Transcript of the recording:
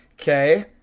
okay